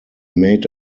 made